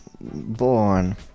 born